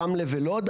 רמלה ולוד,